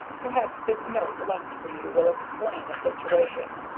perhaps this note, left for you, will explain the situation.